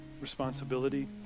responsibility